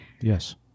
Yes